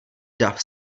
dav